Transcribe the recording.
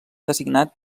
designat